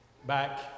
Back